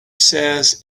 says